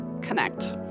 connect